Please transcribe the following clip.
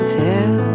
tell